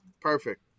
Perfect